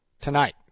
tonight